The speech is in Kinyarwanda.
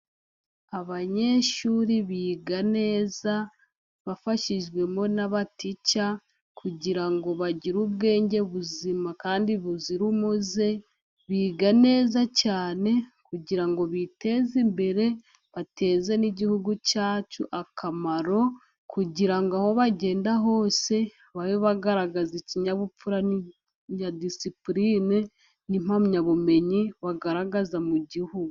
Abanyeshuri biga neza bafashijwemo n'abatica kugira ngo bagire ubwenge buzima kandi buzira umuze, biga neza cyane kugirango ngo biteze imbere, bateze n'igihugu cyacu akamaro kugira aho bagenda hose babe bagaragaza ikinyabupfura, na disipuline n'impamyabumenyi bagaragaza mu gihugu.